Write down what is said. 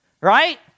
right